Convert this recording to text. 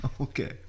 okay